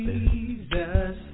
Jesus